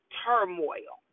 turmoil